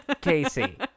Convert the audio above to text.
Casey